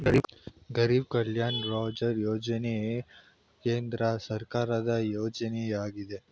ಗರಿಬ್ ಕಲ್ಯಾಣ ರೋಜ್ಗಾರ್ ಯೋಜನೆ ಕೇಂದ್ರ ಸರ್ಕಾರದ ಯೋಜನೆಯಾಗಿದೆ